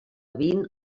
vint